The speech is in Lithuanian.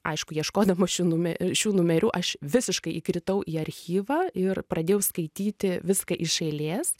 aišku ieškodama šių nume šių numerių aš visiškai įkritau į archyvą ir pradėjau skaityti viską iš eilės